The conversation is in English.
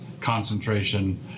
concentration